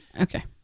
Okay